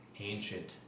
ancient